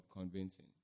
convincing